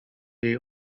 jej